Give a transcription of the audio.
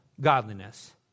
Godliness